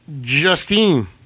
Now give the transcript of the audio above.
Justine